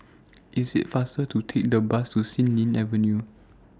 IT IS faster to Take The Bus to Xilin Avenue